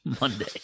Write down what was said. Monday